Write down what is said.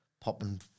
popping